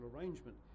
arrangement